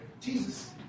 Jesus